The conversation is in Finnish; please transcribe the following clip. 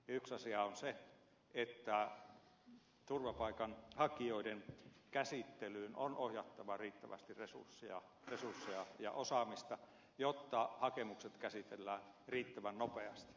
yksi asia on se että turvapaikanhakijoiden käsittelyyn on ohjattava riittävästi resursseja ja osaamista jotta hakemukset käsitellään riittävän nopeasti